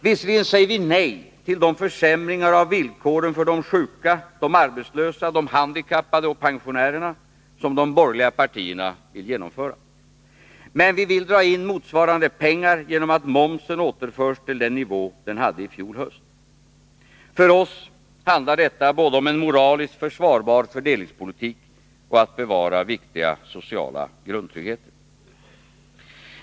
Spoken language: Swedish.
Visserligen säger vi nej till de försämringar av villkoren för de sjuka, de arbetslösa, de handikappade och pensionärerna som de borgerliga partierna vill genomföra. Men vi vill dra in motsvarande pengar genom att momsen återförs till den nivå som den hade i fjol höst. För oss handlar detta om både en moraliskt försvarbar fördelningspolitik och ett bevarande av viktiga sociala grundtryggheter.